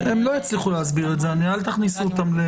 הם לא יצליחו להסביר את זה, אל תכניסו אותם.